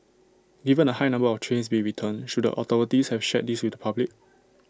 given the high number of trains being returned should the authorities have shared this with the public